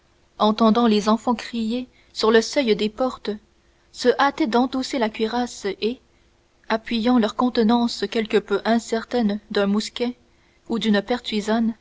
entendant les enfants crier sur le seuil des portes se hâtaient d'endosser la cuirasse et appuyant leur contenance quelque peu incertaine d'un mousquet ou d'une pertuisane